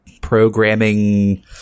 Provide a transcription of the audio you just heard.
programming